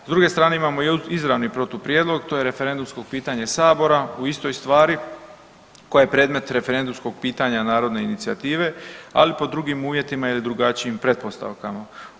S druge strane imamo i izravni protuprijedlog, to je referendumsko pitanje sabora u istoj stvari koja je predmet referendumskog pitanja narodne inicijative, ali pod drugim uvjetima ili drugačijim pretpostavkama.